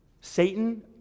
Satan